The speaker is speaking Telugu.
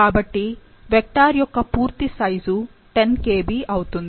కాబట్టి వెక్టార్ యొక్క పూర్తి సైజు 10 Kb అవుతుంది